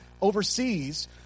overseas